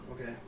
Okay